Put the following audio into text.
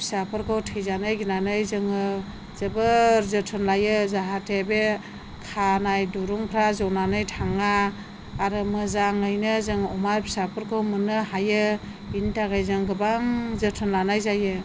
फिसाफोरखौ थैजानो गिनानै जोङो जोबोद जोथोन लायो जाहाथे बे खानाय दिरुंफ्रा जनानै थाङा आरो मोजाङैनो जों अमा फिसाफोरखौ मोननो हायो बेनि थाखाय जों गोबां जोथोन लानाय जायो